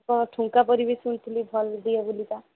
ହଁ ଠୁଙ୍କା ପୁରୀ ବି ଶୁଣିଥିଲି ଭଲ ଦିଏ ବୋଲିକା